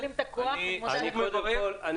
אני מברך -- חבר הכנסת מרגי --- אני